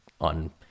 on